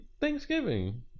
thanksgiving